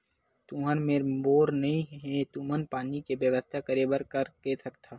तुहर मेर बोर नइ हे तुमन पानी के बेवस्था करेबर का कर सकथव?